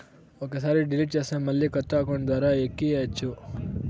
ఒక్కసారి డిలీట్ చేస్తే మళ్ళీ కొత్త అకౌంట్ ద్వారా ఎక్కియ్యచ్చు